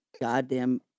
goddamn